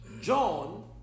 John